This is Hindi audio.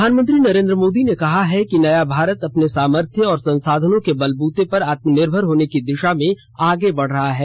प्रधानमंत्री नरेंद्र मोदी ने कहा है कि नया भारत अपने सामर्थ्य और संसाधनों के बलबूते आत्मनिर्भर होने की दिशा में आगे बढ रहा है